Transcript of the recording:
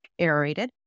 aerated